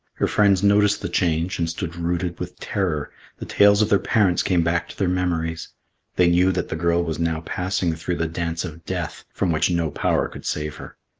her friends noticed the change and stood rooted with terror the tales of their parents came back to their memories they knew that the girl was now passing through the dance of death from which no power could save her.